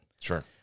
Sure